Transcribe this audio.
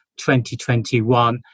2021